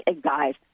guys